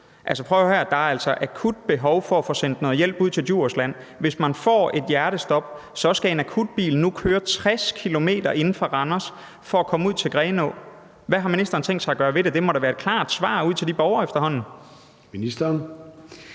Der er altså et akut behov for at få sendt noget hjælp ud til Djursland. Hvis man får et hjertestop, skal en akutbil nu køre 60 km inde fra Randers for at komme ud til Grenaa. Hvad har ministeren tænkt sig at gøre ved det? Der må efterhånden komme et klart svar ud til de borgere.